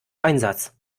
einsatz